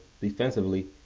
defensively